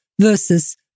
versus